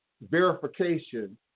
verification